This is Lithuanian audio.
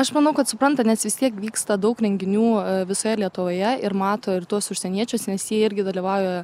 aš manau kad supranta nes vis tiek vyksta daug renginių visoje lietuvoje ir mato ir tuos užsieniečius nes jie irgi dalyvauja